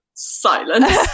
silence